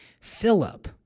Philip